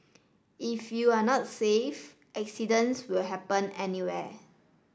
if you're not safe accidents will happen anyway